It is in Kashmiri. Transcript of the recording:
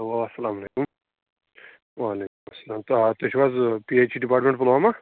اوا اَسلامُ علیکُم وعلیکُم اسلام آ تُہۍ چھُو حظ P H E department Pulwama